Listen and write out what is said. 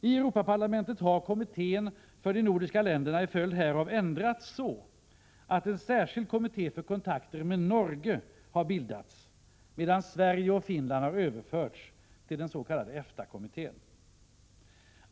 I Europaparlamentet har kommittén för de nordiska länderna i följd härav ändrats så att en särskild kommitté för kontakter med Norge har bildats, medan Sverige och Finland har överförts till den s.k. EFTA-kommittén.